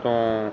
ਤੋੇਂ